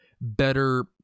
better